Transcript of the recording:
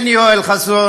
כן, יואל חסון,